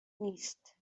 نیست